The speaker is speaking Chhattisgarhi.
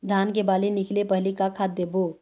धान के बाली निकले पहली का खाद देबो?